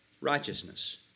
righteousness